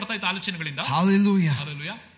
hallelujah